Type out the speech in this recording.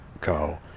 go